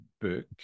book